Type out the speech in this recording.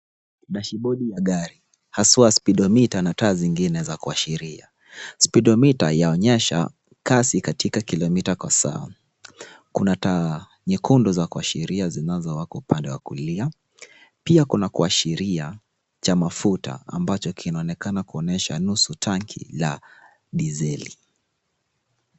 Dashibodi ya gari haswa speedometre na taa zingine za kuashiria. Speedometre yaashiria kasi katika kilomita kwa saa. Kuna taa nyekundu za kuadhiria zinazowaka upande wa kulia, pia kuna kuashiria cha mafuta ambacho kinaonekana kuonyesha tanki nusu la dizeli.